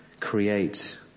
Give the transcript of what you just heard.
Create